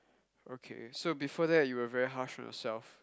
okay so before that you were very harsh on yourself